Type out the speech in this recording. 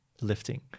lifting